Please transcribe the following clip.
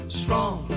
strong